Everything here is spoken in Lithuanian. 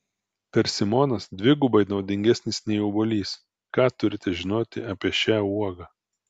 persimonas dvigubai naudingesnis nei obuolys ką turite žinoti apie šią uogą